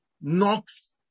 knocks